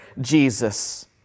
Jesus